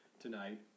tonight